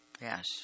Yes